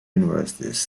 universities